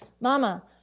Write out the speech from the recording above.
mama